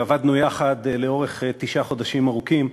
ועבדנו יחד תשעה חודשים ארוכים,